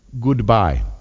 Goodbye